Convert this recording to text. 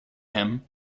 him